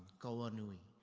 kavanui.